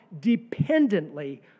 dependently